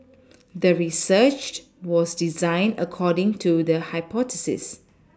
the researched was designed according to the hypothesis